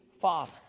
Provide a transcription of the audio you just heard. father